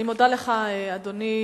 אני מודה לך, אדוני.